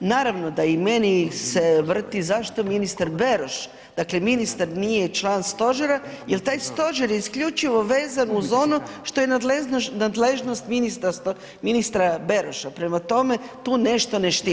Naravno da i meni se vrti zašto ministar Beroš, dakle ministar nije član stožera jer taj stožer je isključivo vezan uz ono što je nadležnost ministra Beroša, prema tome tu nešto ne štima.